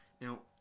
Now